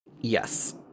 Yes